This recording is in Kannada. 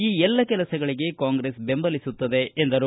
ಈ ಎಲ್ಲ ಕೆಲಸಗಳಿಗೆ ಕಾಂಗ್ರೆಸ್ ಬೆಂಬಲಿಸುತ್ತದೆ ಎಂದರು